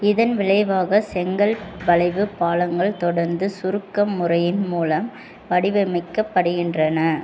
இதன் விளைவாக செங்கல் வளைவு பாலங்கள் தொடர்ந்து சுருக்கம் முறையின் மூலம் வடிவமைக்கப்படுகின்றன